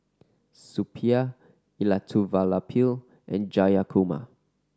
Suppiah Elattuvalapil and Jayakumar